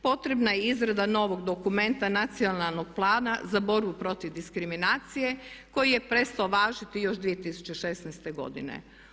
Potrebna je i izrada novog dokumenta Nacionalnog plana za borbu protiv diskriminacije koji je prestao važiti još 2016. godine.